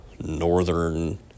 northern